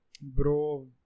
Bro